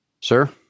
Sir